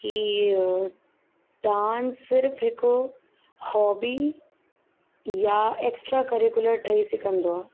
की डांस सिर्फ़ु हिकु हॉबी या एक्स्ट्रा करीकुलर ठई सघंदो आहे